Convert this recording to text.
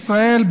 ישראל,